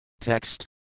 Text